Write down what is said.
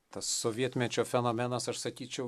tas sovietmečio fenomenas aš sakyčiau